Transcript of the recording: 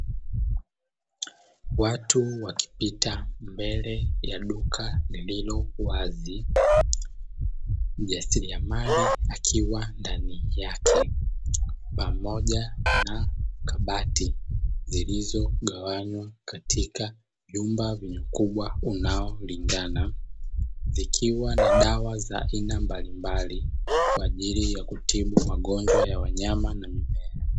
Watu wakipita mbele ya duka lililowazi mjasiriamali akiwa ndani yake pamoja na kabati zilizogawanya katika vyumba vyenye ukubwa unaolingana vikiwa na dawa za aina mbalimbali kwajili ya kutibu magonjwa ya wanyama na mimea.